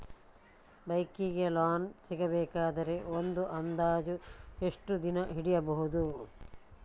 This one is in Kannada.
ಬೈಕ್ ಗೆ ಲೋನ್ ಸಿಗಬೇಕಾದರೆ ಒಂದು ಅಂದಾಜು ಎಷ್ಟು ದಿನ ಹಿಡಿಯಬಹುದು?